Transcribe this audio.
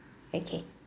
okay